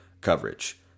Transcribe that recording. coverage